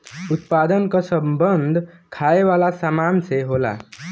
उत्पादन क सम्बन्ध खाये वालन सामान से होला